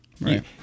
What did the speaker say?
Right